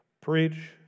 preach